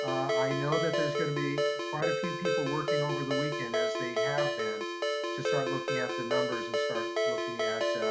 i know that there's gonna be quite a few people working over the weekend, as they have been to start looking at the numbers and start looking at